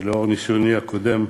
לנוכח ניסיוני הקודם,